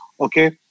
Okay